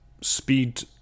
speed